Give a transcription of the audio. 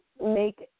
make